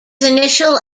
initial